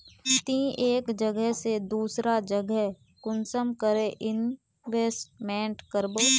ती एक जगह से दूसरा जगह कुंसम करे इन्वेस्टमेंट करबो?